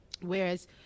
whereas